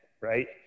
right